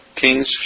kings